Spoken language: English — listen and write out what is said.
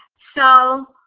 so,